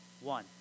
One